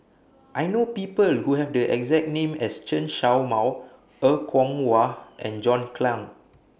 I know People Who Have The exact name as Chen Show Mao Er Kwong Wah and John Clang